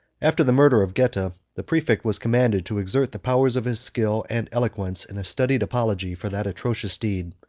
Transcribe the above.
after the murder of geta, the praefect was commanded to exert the powers of his skill and eloquence in a studied apology for that atrocious deed.